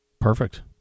Perfect